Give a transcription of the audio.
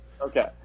Okay